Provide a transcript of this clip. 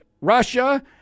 Russia